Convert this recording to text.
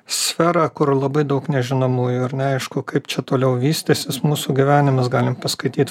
sferą kur labai daug nežinomųjų ir neaišku kaip čia toliau vystysis mūsų gyvenimas galim paskaityt